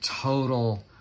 total